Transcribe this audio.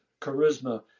charisma